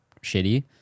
shitty